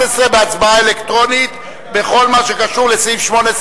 בהצבעה אלקטרונית בכל מה שקשור לסעיף 18,